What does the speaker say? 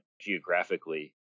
geographically